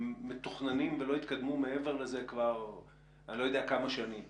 מתוכננים ולא התקדמו מעבר לזה כבר כמה שנים